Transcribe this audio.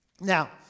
Now